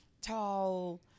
tall